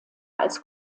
als